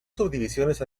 subdivisiones